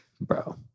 bro